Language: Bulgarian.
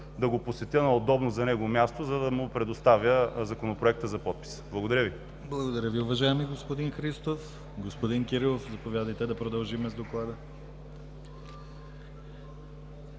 да го посетя на удобно за него място, за да му предоставя Законопроекта за подпис. Благодаря Ви. ПРЕДСЕДАТЕЛ ДИМИТЪР ГЛАВЧЕВ: Благодаря Ви, уважаеми господин Христов. Господин Кирилов, заповядайте да продължим с доклада